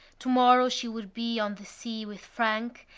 tomorrow she would be on the sea with frank,